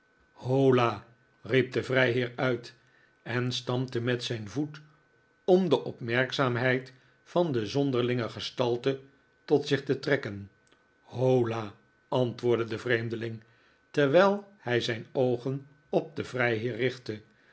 holla riep de vrijheer uit en stampte met zijn voet om de opmerkzaamheid van de zonderlinge gestalte tot zich te trekken holla aritwoordde de vreemdeling terwijl hij zijn oogen op den vrijheer richtte